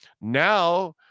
Now